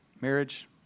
marriage